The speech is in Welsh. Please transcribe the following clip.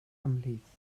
ymhlith